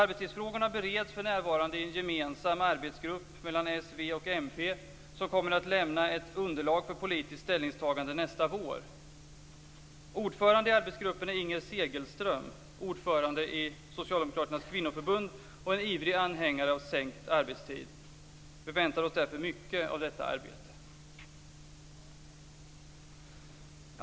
Arbetstidsfrågorna bereds för närvarande i en gemensam arbetsgrupp mellan Socialdemokraterna, Vänsterpartiet och Miljöpartiet som kommer att lämna ett underlag för politiskt ställningstagande nästa vår. Ordförande i arbetsgruppen är Inger Segelström, ordförande i det socialdemokratiska kvinnoförbundet och ivrig anhängare av förkortad arbetstid.